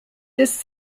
this